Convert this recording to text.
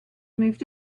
moved